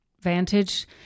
vantage